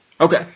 Okay